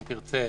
אם תרצה,